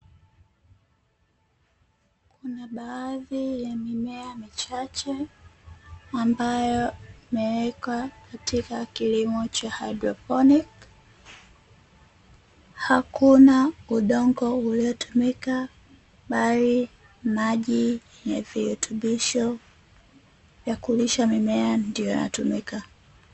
Kuna baadhi ya mimea michache ambayo imeekwa katika kilimo cha haidroponiki, hakuna udongo uliotumika bali maji yenye virutubisho vya kulisha mimea ndiyo yanatumika.